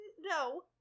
No